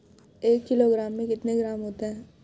एक किलोग्राम में कितने ग्राम होते हैं?